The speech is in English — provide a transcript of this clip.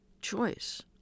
choice